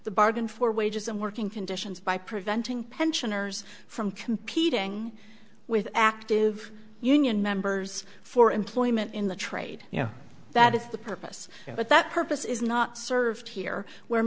the bargain for wages and working conditions by preventing pensioners from competing with active union members for employment in the trade you know that is the purpose but that purpose is not served here where